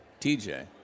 TJ